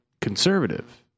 conservative